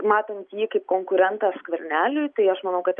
matant jį kaip konkurentą skverneliui tai aš manau kad